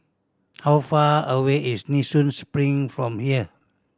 how far away is Nee Soon Spring from here